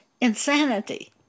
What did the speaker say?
insanity